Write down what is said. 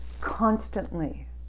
constantly